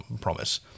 promise